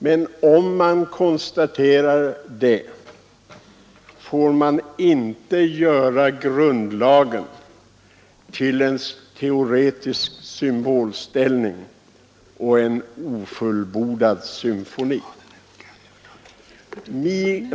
Men om man konstaterar det får man inte göra grundlagen till en teoretisk symbol och en ofullbordad symfoni.